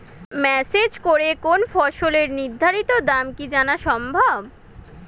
Message করে কোন ফসলের নির্ধারিত দাম কি জানা সম্ভব?